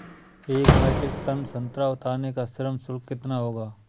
एक metric tonne संतरा उतारने का श्रम शुल्क कितना होगा?